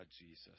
Jesus